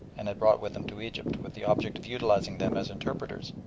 and had brought with him to egypt, with the object of utilising them as interpreters,